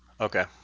Okay